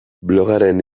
blogaren